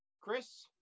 Chris